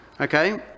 Okay